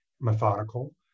methodical